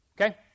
okay